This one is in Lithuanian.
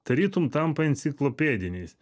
tarytum tampa enciklopediniais